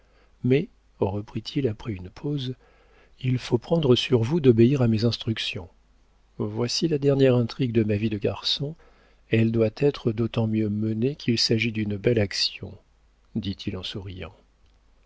mais reprit-il après une pause il faut prendre sur vous d'obéir à mes instructions voici la dernière intrigue de ma vie de garçon elle doit être d'autant mieux menée qu'il s'agit d'une belle action dit-il en souriant